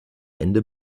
ende